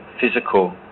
physical